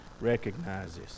recognizes